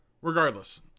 regardless